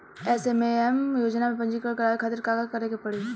SMAM योजना में पंजीकरण करावे खातिर का का करे के पड़ी?